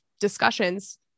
discussions